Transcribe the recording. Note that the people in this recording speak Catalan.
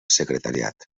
secretariat